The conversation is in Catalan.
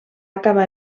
acabar